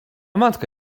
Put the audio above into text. matka